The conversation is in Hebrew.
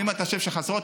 ואם אתה חושב שחסרות,